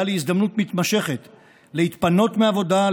לי הזדמנות מתמשכת להתפנות מעבודה,